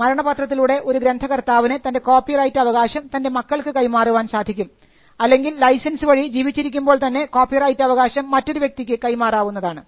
മരണ പത്രത്തിലൂടെ ഒരു ഗ്രന്ഥ കർത്താവിന് തൻറെ കോപ്പിറൈറ്റ് അവകാശം തൻറെ മക്കൾക്ക് കൈമാറുവാൻ സാധിക്കും അല്ലെങ്കിൽ ലൈസൻസ് വഴി ജീവിച്ചിരിക്കുമ്പോൾ തന്നെ കോപ്പിറൈറ്റ് അവകാശം മറ്റൊരു വ്യക്തിക്ക് കൈമാറുന്നതാണ്